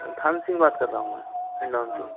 थान सिंह बात कर रहा हूँ मैं हिंडोन से